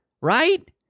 Right